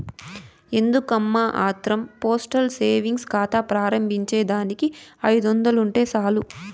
ఎందుకమ్మా ఆత్రం postal savings కాతా ప్రారంబించేదానికి ఐదొందలుంటే సాలు